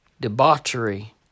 debauchery